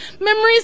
Memories